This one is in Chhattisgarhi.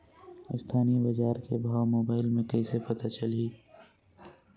स्थानीय बजार के भाव मोबाइल मे कइसे पता चलही?